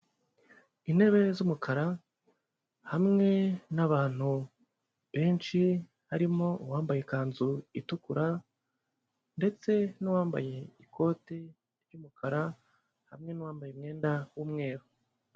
Intebe z'umukara hamwe n'abantu benshi, harimo uwambaye ikanzu itukura ndetse n'uwambaye ikote ry'umukara, hamwe n'uwambaye umwenda w'umweru.